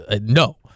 No